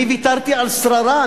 אני ויתרתי על שררה,